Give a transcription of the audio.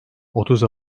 otuz